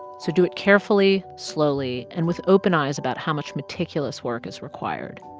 so do it carefully, slowly and with open eyes about how much meticulous work is required.